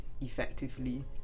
effectively